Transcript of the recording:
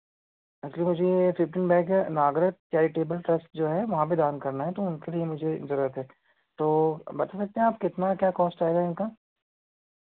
actually मुझे fifteen bag Nagraj charitable trust जो है वहाँ पे दान करना है तो उनके लिए मुझे ज़रूरत है तो बता सकते हैं आप कितना क्या कॉस्ट रहेगा इनका